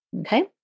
Okay